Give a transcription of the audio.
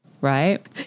right